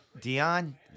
Dion